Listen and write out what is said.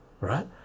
right